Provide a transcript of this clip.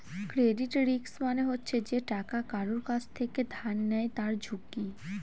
credit risk মানে হচ্ছে যে টাকা কারুর কাছ থেকে ধার নেয় তার ঝুঁকি